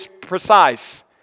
precise